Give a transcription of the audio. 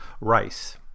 rice